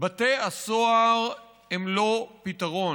זה לא נפתח?